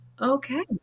Okay